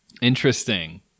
Interesting